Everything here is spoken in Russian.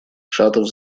шатов